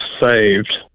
saved